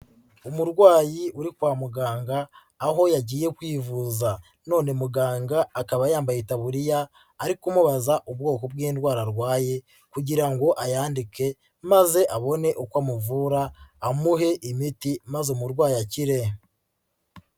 Umurwayi uri kwa muganga, aho yagiye kwivuza none muganga akaba yambaye itaburiya ari kumubaza ubwoko bw'indwara arwaye kugira ngo ayandike maze abone uko amuvura, amuhe imiti maze umurwayi akire.